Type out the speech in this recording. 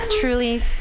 truly